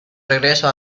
regreso